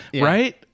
Right